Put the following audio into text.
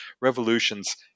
revolutions